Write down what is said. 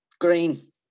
Green